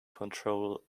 control